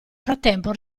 frattempo